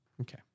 Okay